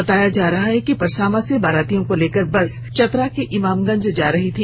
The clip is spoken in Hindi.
बताया जा रहा है कि परसावा से बारातियों को लेकर बस चतरा के इमामगंज जा रही थी